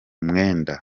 mwenda